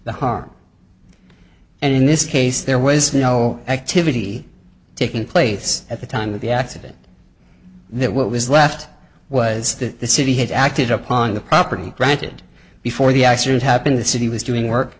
the harm and in this case there was no activity taking place at the time of the accident and that what was left was that the city had acted upon the property granted before the accident happened the city was doing work